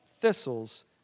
thistles